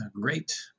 great